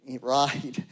right